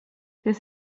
det